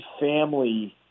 family